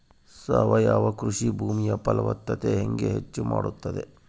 ಸಾವಯವ ಕೃಷಿ ಭೂಮಿಯ ಫಲವತ್ತತೆ ಹೆಂಗೆ ಹೆಚ್ಚು ಮಾಡುತ್ತದೆ?